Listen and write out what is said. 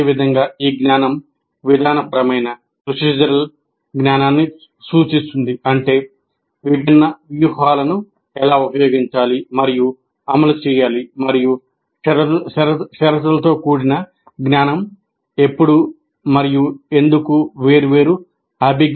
అదేవిధంగా ఈ జ్ఞానం విధానపరమైన ఉపయోగించాలి